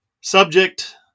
Subject –